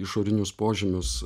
išorinius požymius